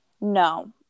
no